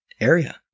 area